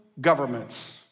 governments